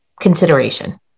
consideration